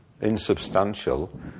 insubstantial